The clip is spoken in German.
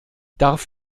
darf